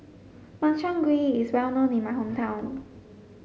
Makchang Gui is well known in my hometown